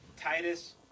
Titus